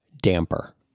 damper